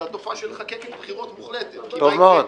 זה תופעה של חקקת בחירות מוחלטת -- טוב מאוד.